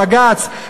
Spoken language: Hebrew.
הוא הבג"ץ,